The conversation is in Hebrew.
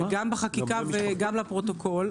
גם בחקיקה וגם בפרוטוקול,